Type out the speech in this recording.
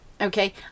Okay